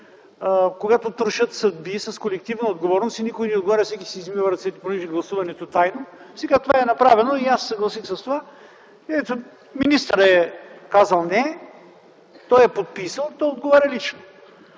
човека), трошат съдби с колективна отговорност и никой не отговаря, а всеки си измива ръцете, понеже гласуването е тайно, но сега това е направено и аз се съгласих – ето, министърът е казал „не”, той е подписал и отговаря лично.